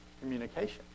communication